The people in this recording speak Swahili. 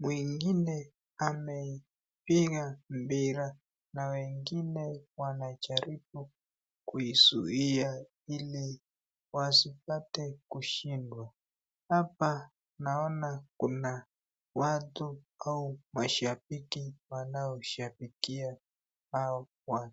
Mwingine amepiga mpira na wengine wanajaribu kuizuia ili wasipate kushindwa. Hapa naona kuna watu au mashabiki wanaoshabikia hao watu.